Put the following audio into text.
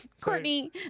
Courtney